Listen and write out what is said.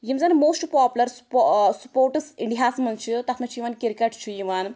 یِم زَن موسٹہٕ پاپولر سپو ٲں سپورٹٕس اِنڈیا ہس منٛز چھِ تَتھ منٛز چھُ یِوان کِرکَٹ چھُ یِوان